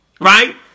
right